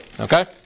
Okay